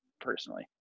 personally